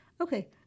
Okay